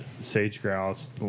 sage-grouse